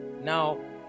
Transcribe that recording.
Now